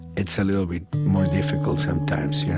it's a little bit more difficult sometimes, yeah